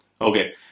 Okay